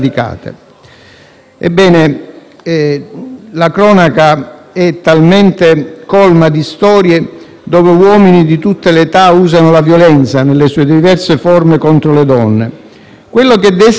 La cronaca è veramente colma di storie dove uomini di tutte le età usano la violenza, nelle sue diverse forme, contro le donne. Quello che desta ancora più allarme è che per ogni storia